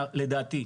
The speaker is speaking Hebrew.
לדעתי,